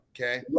okay